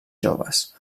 joves